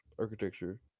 architecture